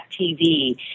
TV